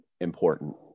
important